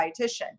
dietitian